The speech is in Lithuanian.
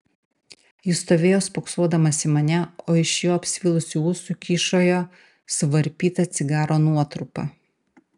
jis stovėjo spoksodamas į mane o iš jo apsvilusių ūsų kyšojo suvarpyta cigaro nuotrupa